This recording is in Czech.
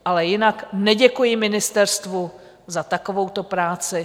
Ale jinak neděkuji ministerstvu za takovouto práci.